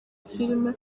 film